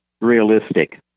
realistic